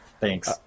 Thanks